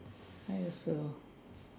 I also